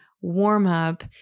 warm-up